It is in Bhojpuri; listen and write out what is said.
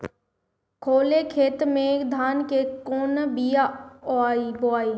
खाले खेत में धान के कौन बीया बोआई?